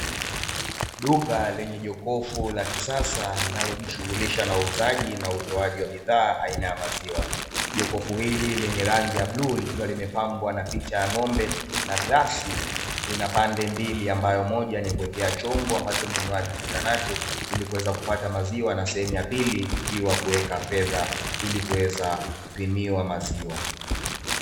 Duka lenye jokofu la kisasa linalojishughulisha na uuzaji na utoaji wa bidhaa aina ya maziwa. Jokofu hili lenye rangi ya bluu likiwa limepambwa na picha ya ng'ombe na glasi, lina pande mbili ambayo moja ni kuwekea chombo ambacho mnunuaji hufikinacho, ili kuweza kupata maziwa na sehemu ya pili ikiwa kuweka fedha ili kuweza kupimiwa maziwa.